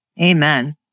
Amen